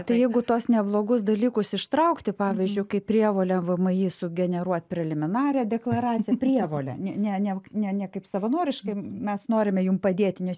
tai jeigu tuos neblogus dalykus ištraukti pavyzdžiu kaip prievolę vmi sugeneruot preliminarią deklaraciją prievolę ne ne ne ne kaip savanoriškai mes norime jum padėti nes